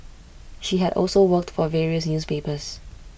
she had also worked for various newspapers